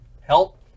Help